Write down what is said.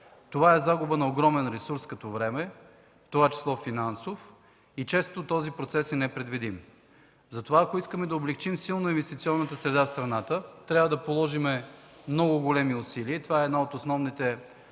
Това е загуба на огромен ресурс като време, в това число финансов и често този процес е непредвидим. Затова, ако искаме силно да облекчим инвестиционната среда в страната, трябва да положим много големи усилия, това е една от основните